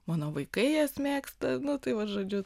mano vaikai jas mėgsta nu tai va žodžiu